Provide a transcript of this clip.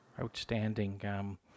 Outstanding